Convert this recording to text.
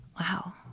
wow